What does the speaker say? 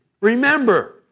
Remember